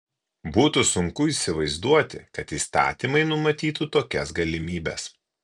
būtų sunku įsivaizduoti kad įstatymai numatytų tokias galimybes